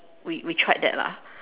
we we tried that lah